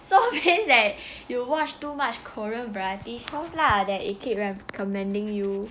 so means that you watch too much korean variety shoes lah that it keep recommending you